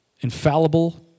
Infallible